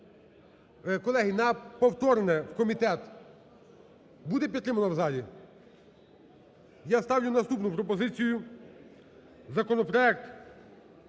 Колеги, на повторне в комітет буде підтримано в залі? Я ставлю наступну пропозицію законопроект